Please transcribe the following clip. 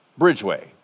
Bridgeway